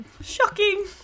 Shocking